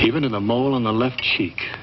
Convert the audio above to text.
even in the mole on the left cheek